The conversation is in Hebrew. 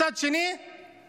מצד שני מפקיר